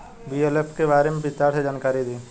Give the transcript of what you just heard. BLF के बारे में विस्तार से जानकारी दी?